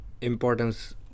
importance